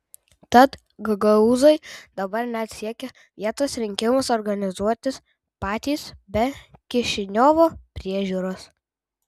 tad gagaūzai dabar net siekia vietos rinkimus organizuotis patys be kišiniovo priežiūros